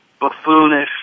buffoonish